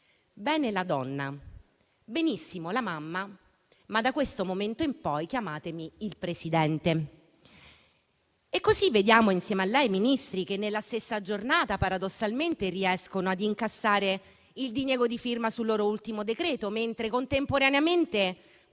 bene la donna, benissimo la mamma, ma da questo momento in poi chiamatemi "il Presidente". Insieme a lei vediamo Ministri che nella stessa giornata, paradossalmente, riescono a incassare il diniego di firma sul loro ultimo decreto, mentre contemporaneamente